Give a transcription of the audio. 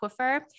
aquifer